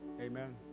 Amen